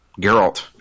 Geralt